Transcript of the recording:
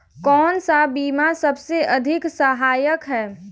कौन सा बीमा सबसे अधिक सहायक है?